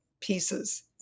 pieces